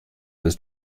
was